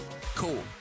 Cool